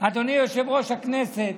אדוני יושב-ראש הכנסת,